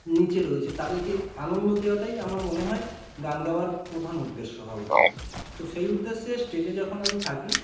নিচে রয়েছে তাদেরকে আনন্দ দেওয়াটাই আমার মনে হয় গান গাওয়ার প্রধান উদ্দেশ্য হওয়া উচিত তো সেই উদ্দেশ্যে স্টেজে যখন আমি থাকি